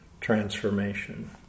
transformation